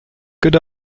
good